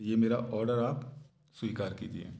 ये मेरा ओर्डर आप स्वीकार कीजिए